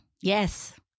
Yes